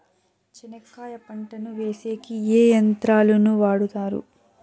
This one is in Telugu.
చెనక్కాయ పంటను వేసేకి ఏ యంత్రాలు ను వాడుతారు?